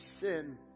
sin